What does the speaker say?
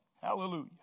Hallelujah